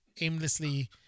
aimlessly